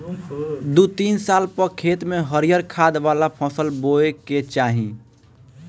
दू तीन साल पअ खेत में हरिहर खाद वाला फसल बोए के चाही